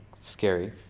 scary